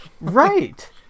Right